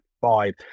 five